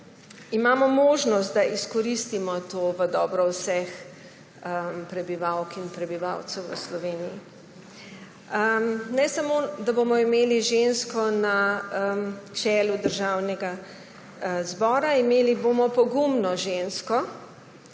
imamo možnost, da izkoristimo to v dobro vseh prebivalk in prebivalcev v Sloveniji. Ne samo, da bomo imeli žensko na čelu Državnega zbora, imeli bomo pogumno žensko,